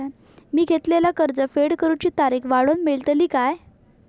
मी घेतलाला कर्ज फेड करूची तारिक वाढवन मेलतली काय?